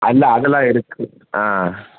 அது அதெல்லாம் இருக்குது ஆ